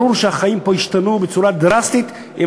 ברור שהחיים פה ישתנו בצורה דרסטית אם